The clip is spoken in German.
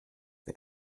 wer